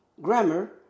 Grammar